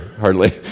hardly